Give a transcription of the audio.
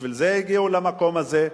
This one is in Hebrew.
בשביל זה הגיעו למקום הזה,